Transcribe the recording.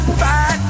fight